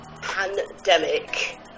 pandemic